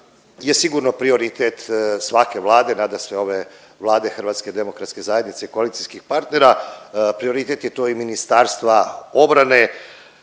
je sigurno prioritet svake Vlade nadasve ove Vlade Hrvatske demokratske zajednice i koalicijskih partnera, prioritet je to i Ministarstva obrane